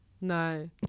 No